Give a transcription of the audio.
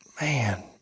Man